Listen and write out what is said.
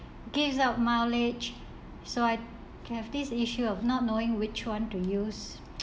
gives out mileage so I can have this issue of not knowing which one to use